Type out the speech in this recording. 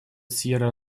сьерра